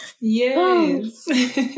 Yes